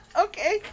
Okay